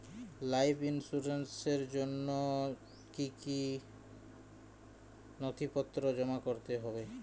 Life ইন্সুরেন্সর জন্য জন্য কি কি নথিপত্র জমা করতে হবে?